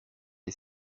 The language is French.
est